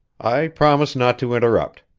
i promise not to interrupt,